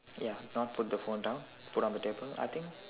ya not put the phone down put on the table I think